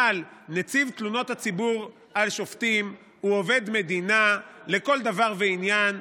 אבל נציב תלונות הציבור על שופטים הוא עובד מדינה לכל דבר ועניין,